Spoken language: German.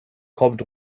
kommt